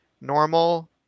normal